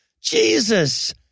Jesus